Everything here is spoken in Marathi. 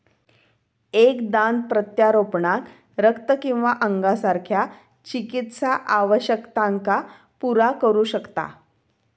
एक दान प्रत्यारोपणाक रक्त किंवा अंगासारख्या चिकित्सा आवश्यकतांका पुरा करू शकता